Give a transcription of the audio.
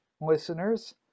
listeners